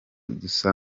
dusa